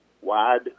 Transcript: wide